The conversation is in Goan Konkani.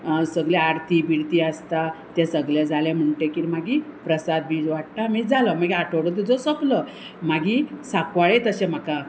सगळे आरती बिर्ती आसता ते सगळे जाले म्हणटकीर मागीर प्रसाद बी वाडटा मागीर जालो मागीर आठोडो तुजो सोंपलो मागीर सापवाळे तशें म्हाका